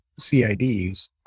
CIDs